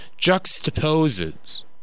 juxtaposes